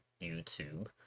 YouTube